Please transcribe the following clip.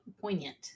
poignant